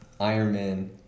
Ironman